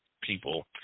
people